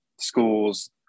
schools